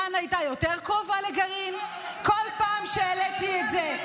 בכל פעם שהעליתי את זה,